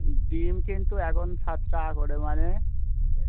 ডিম কিন্তু এখন সাত টাকা করে মানে